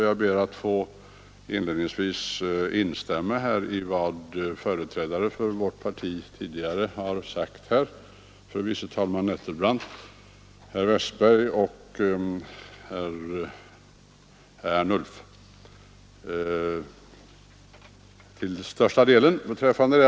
Jag ber att inledningsvis få instämma i vad som tidigare sagts av företrädare för vårt parti, fru andre vice talmannen Nettelbrandt, herr Westberg i Ljusdal och herr Ernulf.